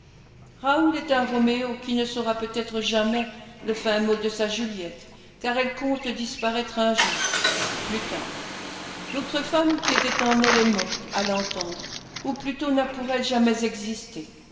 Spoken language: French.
raoul est un roméo qui ne saura peut-être jamais le fin mot de sa juliette car elle compte disparaître un jour plus tard l'autre femme qui était en elle est morte à l'entendre ou plutôt n'a pour elle jamais existé